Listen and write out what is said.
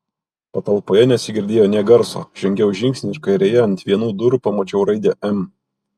patalpoje nesigirdėjo nė garso žengiau žingsnį ir kairėje ant vienų durų pamačiau raidę m